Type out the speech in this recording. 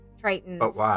Triton's-